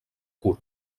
curt